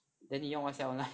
then 你用 Whatsapp online